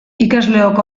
ikasleok